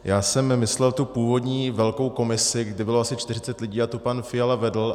Já jsem myslel tu původní velkou komisi, kde bylo asi 40 lidí, a tu pan Fiala vedl.